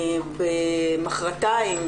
מחרתיים,